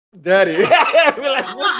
Daddy